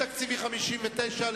תקציבי 59,